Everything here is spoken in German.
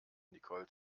nicole